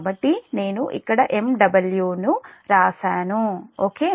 కాబట్టి నేను ఇక్కడ MW ను వ్రాశాను ఓకే